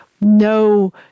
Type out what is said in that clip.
no